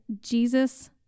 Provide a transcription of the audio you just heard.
Jesus